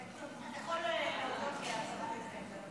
אתה יכול להודות לי על הסרת ההסתייגויות.